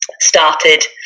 started